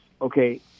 okay